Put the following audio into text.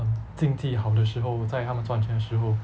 um 经济好的时候在他们赚钱的时候